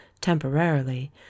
temporarily—